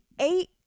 eight